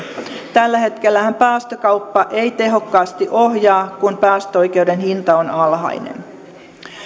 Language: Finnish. tällä hetkellähän päästökauppa ei tehokkaasti ohjaa kun päästöoikeuden hinta on alhainen